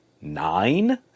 nine